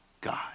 God